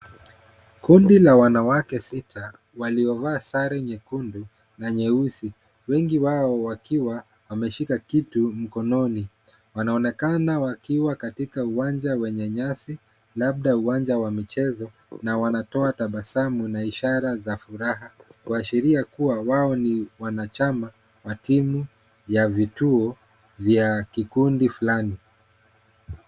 Kundi la wanawake sita waliovaa sare nyekundu na nyeusi. Wengi wao wakiwa wameshika kitu mkononi. Wanaonekana wakiwa katika uwanja wenye nyasi, labda uwanja wa michezo, na wanatoa tabasamu na ishara za furaha, kuashiria kua wao ni wanachama wa timu ya vituo vya kikundi fulani.